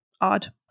odd